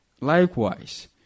Likewise